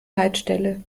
leitstelle